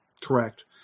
correct